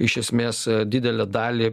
iš esmės didelę dalį